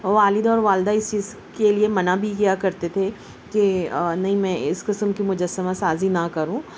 والد اور والدہ اس چیز کے لیے منع بھی کیا کرتے تھے کہ نہیں میں اس قسم کی مجسمہ سازی نہ کروں